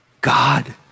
God